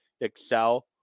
excel